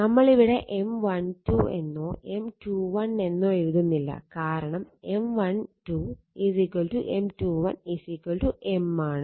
നമ്മൾ ഇവിടെ M12 എന്നോ M21 എന്നോ എഴുതുന്നില്ല കാരണം M12 M21 M ആണ്